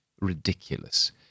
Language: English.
ridiculous